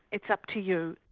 it's up to you.